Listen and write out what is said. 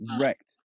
wrecked